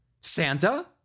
Santa